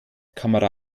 kamera